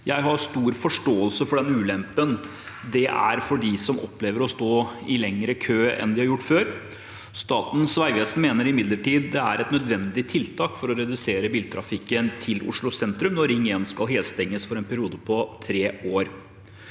Jeg har stor forståelse for den ulempen det er for dem som opplever å stå i lengre kø enn de har gjort før. Statens vegvesen mener imidlertid det er et nødvendig tiltak for å redusere biltrafikken til Oslo sentrum når Ring 1 skal helstenges for en periode på tre år.